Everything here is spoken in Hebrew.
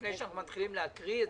לפני שאנחנו מתחילים להקריא,